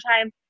time